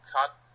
cut